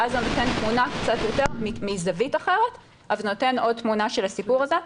ואז זה נותן תמונה מזווית אחרת אבל נותן עוד תמונה של הסיפור הזה.